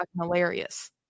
hilarious